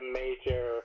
major